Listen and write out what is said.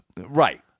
Right